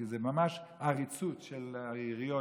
כי זו ממש עריצות של העיריות,